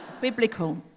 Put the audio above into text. Biblical